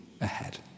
ahead